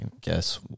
guess